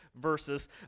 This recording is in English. verses